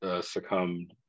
succumbed